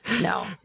No